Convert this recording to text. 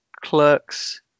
clerks